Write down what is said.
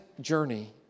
journey